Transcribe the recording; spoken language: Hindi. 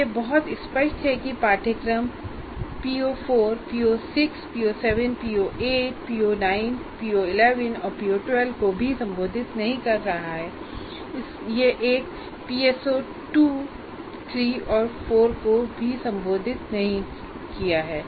यह बहुत स्पष्ट है कि यह पाठ्यक्रम PO4 PO6 PO7 PO8 PO9 PO11 और PO12 को भी संबोधित नहीं कर रहा है और एक PSO2 3 4 को भी संबोधित नहीं किया गया है